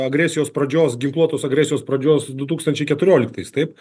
agresijos pradžios ginkluotos agresijos pradžios du tūkstančiai keturioliktais taip